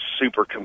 super